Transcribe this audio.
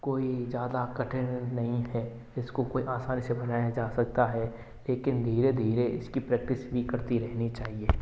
कोई ज़्यादा कठिन नहीं है इसको कोई आसानी से बनाया जा सकता है लेकिन धीरे धीरे इसकी प्रैक्टिस भी करती रहनी चाहिए